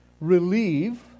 relieve